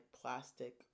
plastic